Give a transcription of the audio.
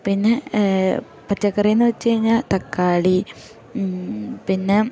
പിന്നെ പച്ചക്കറിയെന്നു വെച്ചു കഴിഞ്ഞാൽ തക്കാളി പിന്നെ